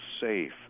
safe